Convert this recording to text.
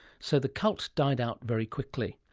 so the cult died out very quickly.